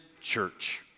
church